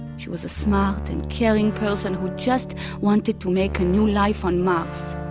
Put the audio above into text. she was a smart and caring person who just wanted to make a new life on mars.